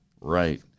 right